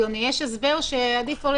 איזו התקהלות זאת כשעורך